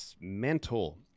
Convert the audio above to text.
mental